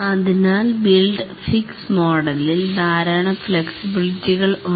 അതിനാൽ build fix മോഡലിൽ ധാരാളം ഫ്ലെക്സിബിലിറ്റി കൾ ഉണ്ട്